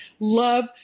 Love